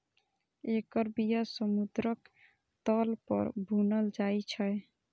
एकर बिया समुद्रक तल पर बुनल जाइ छै